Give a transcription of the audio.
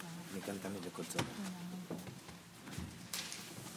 אני אישית מרגיש באמת כבוד וזכות גדולה להיות כאן ולברך